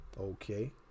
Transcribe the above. okay